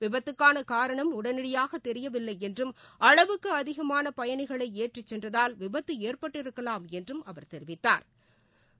விபத்துக்கான காரணம் உடனடியாக தெரியவில்லை என்றும் அளவுக்கு அதிகமான பயணிகளை ஏற்றிச் சென்றதால் விபத்து ஏற்பட்டிருக்கலாம் என்றும் அவர் தெரிவித்தாா்